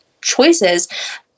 choices